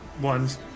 ones